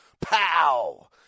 Pow